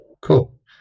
Cool